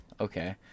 Okay